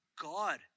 God